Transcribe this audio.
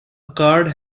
card